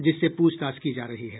जिससे पूछताछ की जा रही है